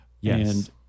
Yes